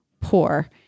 poor